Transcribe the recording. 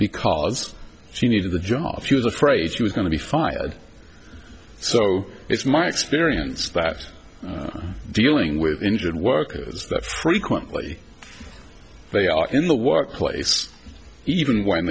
because she needed the job she was afraid she was going to be fired so it's my experience that dealing with injured workers that frequently they are in the workplace even when